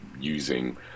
using